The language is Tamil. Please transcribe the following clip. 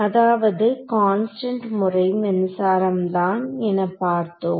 அதாவது கான்ஸ்டன்ட் முறை மின்சாரம் தான் என பார்த்தோம்